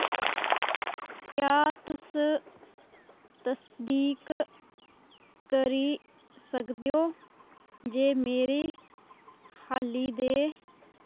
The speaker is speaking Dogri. क्या तुस तसदीक करी सकदे ओ जे मेरे हाली दे